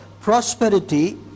prosperity